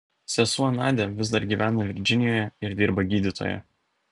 sesuo nadia vis dar gyvena virdžinijoje ir dirba gydytoja